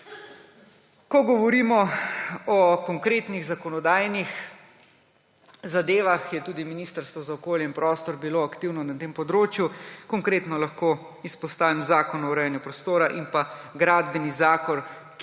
Ko govorimo o konkretnih zakonodajnih zadevah, je bilo tudi Ministrstvo za okolje in prostor aktivno na tem področju. Konkretno lahko izpostavim Zakon o urejanju prostora in Gradbeni zakon,